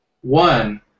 one